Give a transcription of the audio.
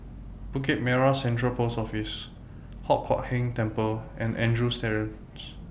Bukit Merah Central Post Office Hock Huat Keng Temple and Andrews Terrace